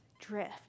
drift